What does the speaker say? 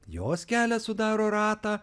jos kelias sudaro ratą